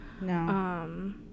No